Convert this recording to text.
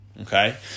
Okay